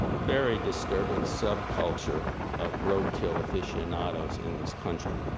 very disturbing subculture of roadkill aficionados in this country,